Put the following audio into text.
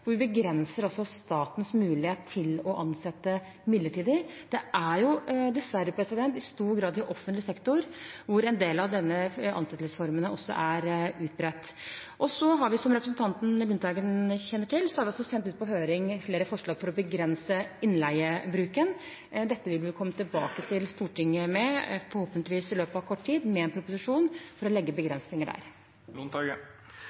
hvor vi begrenser statens mulighet til å ansette midlertidig. Det er dessverre i stor grad i offentlig sektor at en del av disse ansettelsesformene er utbredt. Som representanten Lundteigen kjenner til, har vi sendt ut på høring flere forslag for å begrense innleiebruken. Dette vil vi komme tilbake til Stortinget med, forhåpentligvis i løpet av kort tid, i form av en proposisjon, for å legge